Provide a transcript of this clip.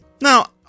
Now